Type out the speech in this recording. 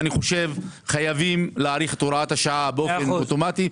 ואני חושב שחייבים להאריך את הוראת השעה באופן אוטומטי,